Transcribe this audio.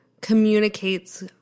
communicates